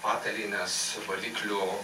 patalynės valiklių